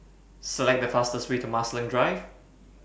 Select The fastest Way to Marsiling Drive